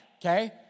Okay